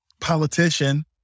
politician